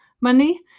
money